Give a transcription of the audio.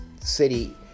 City